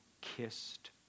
kissed